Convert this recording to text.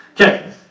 Okay